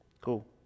cool